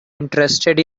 interested